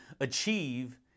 achieve